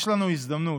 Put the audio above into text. יש לנו הזדמנות,